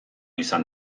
izan